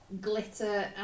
Glitter